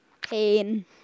pain